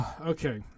okay